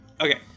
Okay